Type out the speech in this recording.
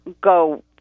go